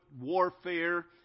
warfare